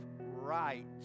right